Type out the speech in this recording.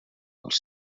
els